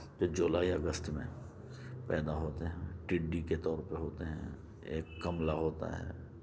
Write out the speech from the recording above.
پھر جولائی اگست میں پیدا ہوتے ہیں ٹڈی کے طور پر ہوتے ہیں ایک گملا ہوتا ہے